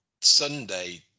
Sunday